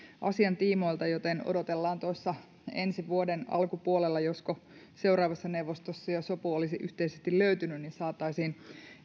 asian tiimoilta joten odotellaan tuossa ensi vuoden alkupuolella josko seuraavassa neuvostossa jo sopu olisi yhteisesti löytynyt niin saataisiin